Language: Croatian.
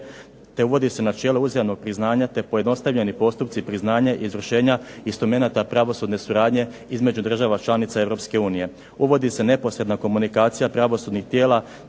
te uvodi se načelo uzajamnog priznanja, te pojednostavljeni postupci priznanja i izvršenja instrumenata pravosudne suradnje između država članica Europske unije. Uvodi se neposredna komunikacija pravosudnih tijela,